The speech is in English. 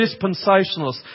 dispensationalists